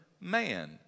man